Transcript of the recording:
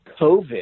COVID